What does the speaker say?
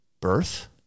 birth